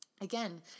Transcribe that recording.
Again